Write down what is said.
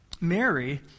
Mary